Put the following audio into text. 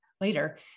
later